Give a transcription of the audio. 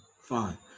fine